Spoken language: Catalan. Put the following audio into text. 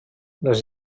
les